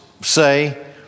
say